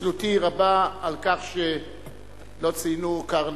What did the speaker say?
התנצלותי רבה על כך שלא ציינו, קרני,